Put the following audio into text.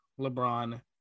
LeBron